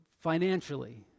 financially